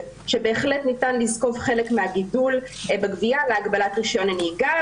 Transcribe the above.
שבהחלט ניתן לזקוף חלק מהגידול בגבייה להגבלת רישיון הנהיגה,